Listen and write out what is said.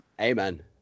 amen